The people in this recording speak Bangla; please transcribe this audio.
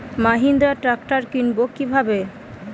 মাহিন্দ্রা ট্র্যাক্টর কিনবো কি ভাবে?